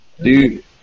Dude